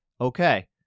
okay